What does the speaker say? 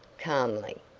calmly.